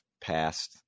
past